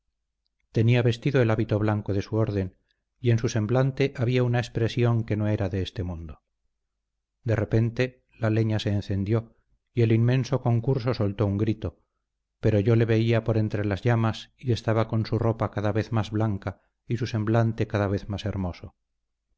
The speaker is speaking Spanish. tenía vestido el hábito blanco de su orden y en su semblante había una expresión que no era de este mundo de repente la leña se encendió y el inmenso concurso soltó un grito pero yo le veía por entre las llamas y estaba con su ropa cada vez más blanca y su semblante cada vez más hermoso